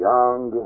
Young